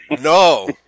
No